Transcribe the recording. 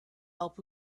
help